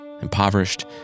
impoverished